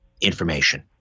information